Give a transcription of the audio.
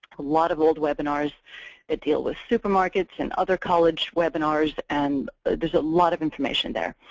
a lot of old webinars that deal with supermarkets and other college webinars. and there's a lot of information there.